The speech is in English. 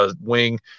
wing